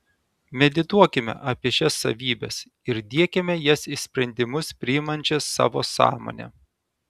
medituokime apie šias savybes ir diekime jas į sprendimus priimančią savo sąmonę